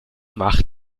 macht